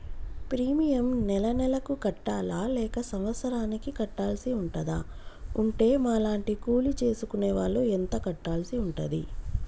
Premium నెల నెలకు కట్టాలా లేక సంవత్సరానికి కట్టాల్సి ఉంటదా? ఉంటే మా లాంటి కూలి చేసుకునే వాళ్లు ఎంత కట్టాల్సి ఉంటది?